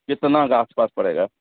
کتنا کا آس پاس پڑے گا